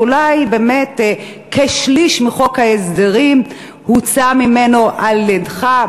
ואולי כשליש מחוק ההסדרים הוצא על-ידך,